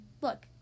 look